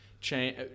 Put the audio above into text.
change